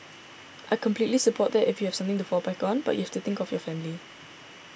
I completely support that if you have something to fall back on but you have to think of your family